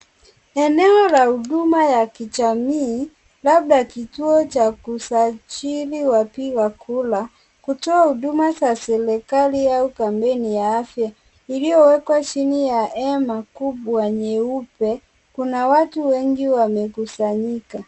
Eneo la Huduma la kijamii labda kituo cha kujisajili wa kutika huduma za serikali au kampuni ya afya iliyowekwa chini ya hema kubwa nyeupe . Kuna watu wengi wamekusanyika.